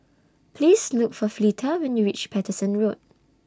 Please Look For Fleeta when YOU REACH Paterson Road